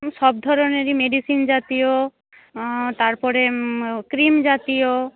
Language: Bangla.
সব ধরনেরই মেডিসিন জাতীয় তারপরে ক্রিম জাতীয়